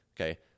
okay